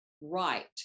right